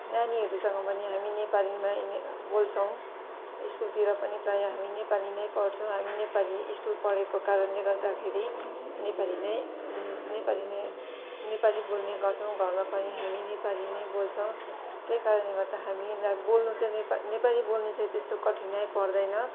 नानीहरूसँग पनि हामी नेपालीमै बोल्छौँ स्कुलतिर पनि प्राय हामी नेपाली नै पढ्छौँ हामी नेपाली स्कुल पढेको कारणले गर्दाखेरि नेपाली नै नेपाली नै नेपाली बोल्ने गर्छौँ घरमा पनि हामी नेपाली नै बोल्चौ त्यही कारणले गर्दा हामी बोल्नु त नेपाली नेपाली बोल्नु चाहिँ त्यस्तो कठिनाइ पर्दैन